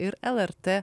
ir lrt